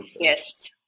Yes